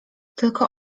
tylko